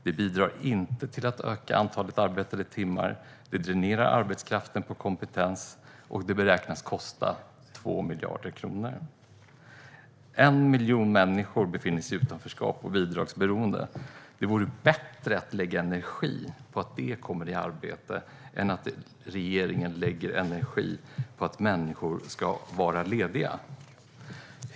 Det bidrar inte till att öka antalet arbetade timmar, det dränerar arbetskraften på kompetens och det beräknas kosta 2 miljarder kronor. 1 miljon människor befinner sig i utanförskap och bidragsberoende. Det vore bättre att lägga energi på att dessa människor kommer i arbete än att regeringen lägger energi på att människor ska vara lediga.